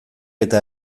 eta